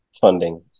funding